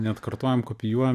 neatkartojam kopijuojam